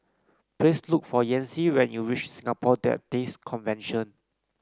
please look for Yancy when you reach Singapore Baptist Convention